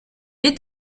est